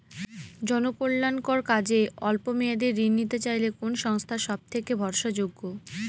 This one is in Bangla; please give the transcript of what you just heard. জনকল্যাণকর কাজে অল্প মেয়াদী ঋণ নিতে চাইলে কোন সংস্থা সবথেকে ভরসাযোগ্য?